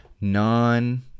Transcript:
non